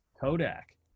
kodak